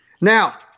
Now